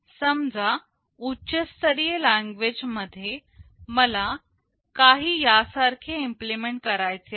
समजा उच्चस्तरीय लँग्वेज मध्ये मला काही यासारखे इम्प्लिमेंट करायचे आहे